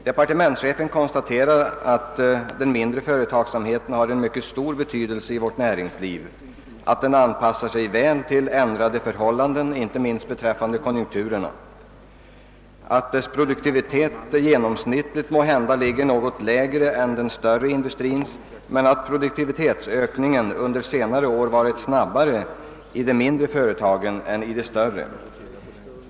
Departementschefen konstaterar att den har en mycket stor betydelse i vårt näringsliv, att den anpassar sig väl till ändrade förhållanden, inte minst beträffande konjunkturerna, att dess produktivitet genomsnittligt måhända ligger något lägre än den större industrins men att produktivitetsökningen under senare år har varit snabbare i de mindre företagen än i de större.